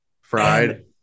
fried